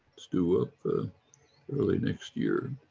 stew up early next year, and